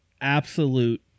absolute